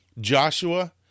Joshua